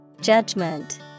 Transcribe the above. Judgment